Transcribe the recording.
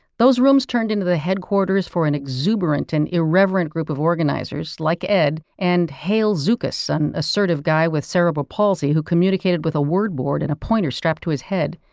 those rooms turned into the headquarters for an exuberant and irreverent group of organizers. like ed and hale zukas, an so and assertive guy with cerebral palsy who communicated with a word board and a pointer strapped to his head.